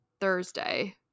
Thursday